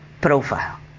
profile